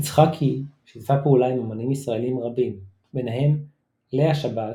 יצחקי שיתפה פעולה עם אמנים ישראלים רבים ביניהם לאה שבת,